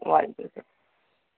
و علیکم السلام